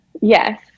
Yes